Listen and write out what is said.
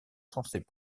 censés